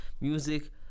music